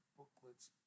booklets